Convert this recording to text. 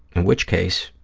in which case,